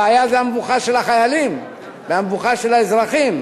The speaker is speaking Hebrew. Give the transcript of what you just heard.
הבעיה היא המבוכה של החיים והמבוכה של האזרחים.